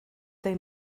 they